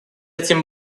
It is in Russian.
тем